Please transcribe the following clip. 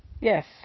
yes